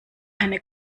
eine